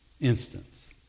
instance